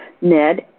Ned